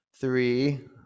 three